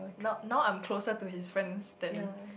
not now I'm closer to his friends than